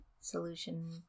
solution